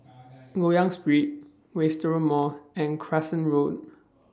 Loyang Street Wisteria Mall and Crescent Road